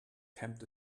tempt